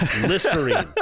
Listerine